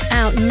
out